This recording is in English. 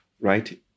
right